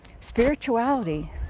spirituality